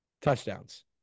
touchdowns